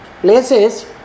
places